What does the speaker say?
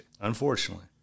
Unfortunately